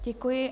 Děkuji.